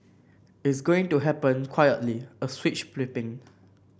it's going to happen quietly a switch flipping